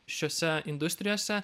šiose industrijose